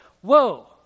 whoa